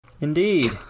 Indeed